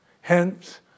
Hence